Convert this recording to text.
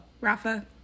Rafa